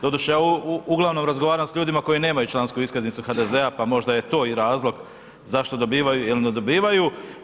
Doduše, ja uglavnom razgovaram s ljudima koji nemaju člansku iskaznicu HDZ-a pa možda je to i razlog zašto dobivaju ili ne dobivaju.